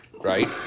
right